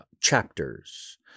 chapters